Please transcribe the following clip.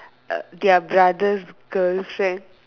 their brothers' girlfriend